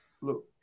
Look